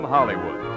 Hollywood